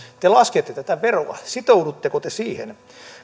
te laskette tätä veroa sitoudutteko te siihen